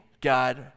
God